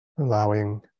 Allowing